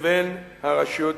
לבין הרשות הפלסטינית.